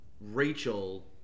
Rachel –